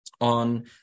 on